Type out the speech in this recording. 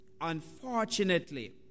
unfortunately